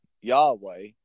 Yahweh